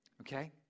Okay